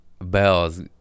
bells